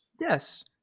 Yes